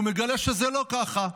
והוא מגלה שזה לא ככה: